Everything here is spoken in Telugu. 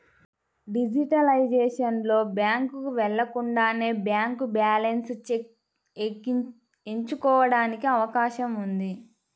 డిజిటలైజేషన్ లో, బ్యాంకుకు వెళ్లకుండానే బ్యాంక్ బ్యాలెన్స్ చెక్ ఎంచుకోవడానికి అవకాశం ఉంది